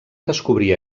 descobrir